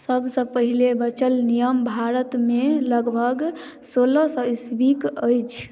सबसँ पहिने बचल नियम भारतमे लगभग सोलह सए इस्वीके अछि